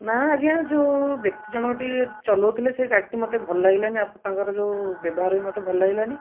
ନାଁ ଆଜ୍ଞା ଯେଉଁ ବ୍ୟକ୍ତି ଜଣକଟି ଚଲାଉଥିଲେ ସେ ଗାଡ଼ିଟି ମତେ ଭଲ ଲାଗିଲାନି ତାଙ୍କର ଯେଉଁ ବ୍ୟବହାର ବି ମତେ ଭଲ ଲାଗିଲାନି